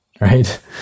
right